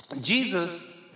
Jesus